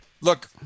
Look